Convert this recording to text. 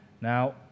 Now